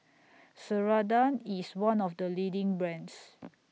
Ceradan IS one of The leading brands